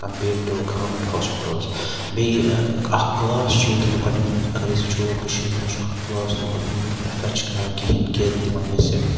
compared to government hospitals بیٚیہِ اکھ class چھُ ییٚتہِ لُکَن ہُنٛد اَگَر أسۍ وٕچھو کٔشیٖرِ مَنٛز چھُ اکھ کلاس لُکَن ہُنٛد یِم نہٕ پریٚفَر چھِ کَران کِہیٖنۍ کہِ تِمَن گَژھِ